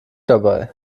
dabei